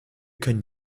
können